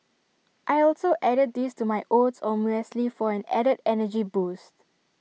I also added these to my oats or muesli for an added energy boost